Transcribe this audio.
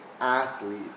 athlete